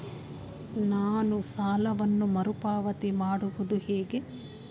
ನಾನು ಸಾಲವನ್ನು ಮರುಪಾವತಿ ಮಾಡುವುದು ಹೇಗೆ?